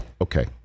Okay